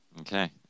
Okay